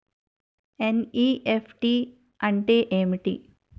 NEFT అంటే ఏమిటి?